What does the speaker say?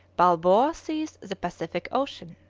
balboa sees the pacific ocean